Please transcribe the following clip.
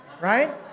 right